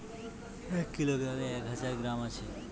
এক কিলোগ্রামে এক হাজার গ্রাম আছে